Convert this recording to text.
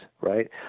right